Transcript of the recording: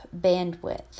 bandwidth